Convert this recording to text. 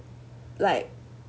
like